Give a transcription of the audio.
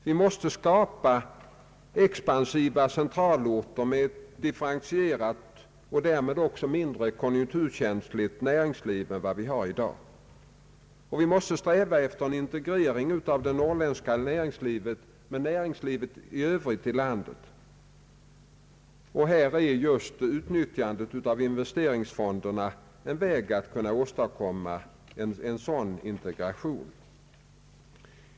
Vi måste skapa expansiva centralorter med ett differentierat och därmed också mindre konjunkturkänsligt näringsliv än vad vi har i dag. Vi måste sträva efter en integregering av det norrländska näringslivet med näringslivet i övrigt i landet. Här är just utnyttjandet av investeringsfonderna en väg att kunna åstadkomma en sådan integration.